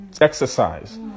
exercise